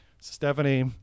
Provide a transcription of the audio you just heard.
Stephanie